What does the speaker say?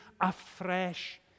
afresh